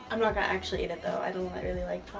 i'm not gonna actually eat it though, i don't really like